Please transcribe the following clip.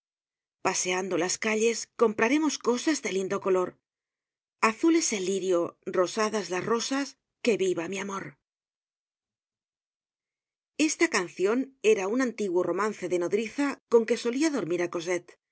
paseando las calles compraremos cosas de lindo color azul es el lirio rosadas las rosas que viva mi amor esta cancion era un antiguo romance de nodriza con que solia dormir á